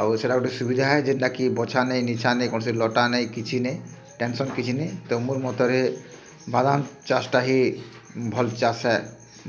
ଆଉ ସେଟା ଗୋଟେ ସୁବିଧା ହେ ଯେନ୍ଟା କି ନିଛା ନାଇଁ କୌଣସି ଲଟା ନେଇ କିଛି ନେଇ ଟେନସନ୍ କିଛି ନେଇ ତ ମୋର ମତରେ ବାଦାମ୍ ଚାଷ୍ଟା ହିଁ ଭଲ ଚାଷ୍ ହେ